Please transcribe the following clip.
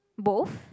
both